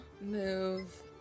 move